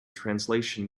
translation